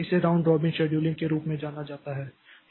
इसे round robin scheduling के रूप में जाना जाता है